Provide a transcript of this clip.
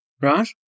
right